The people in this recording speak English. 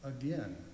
again